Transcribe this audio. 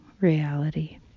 reality